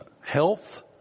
health